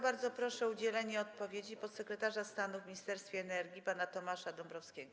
Bardzo proszę o udzielenie odpowiedzi podsekretarza stanu w Ministerstwie Energii pana Tomasza Dąbrowskiego.